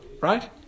right